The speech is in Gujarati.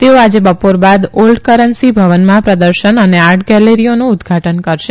તેઓ આજે બપોર બાદ ઓલ્ડ કરન્સી ભવનમાં પ્રદર્શન અને આર્ટ ગેલેરીઓનુ ઉદઘાટન કરશે